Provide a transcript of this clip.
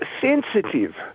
sensitive